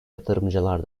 yatırımcılar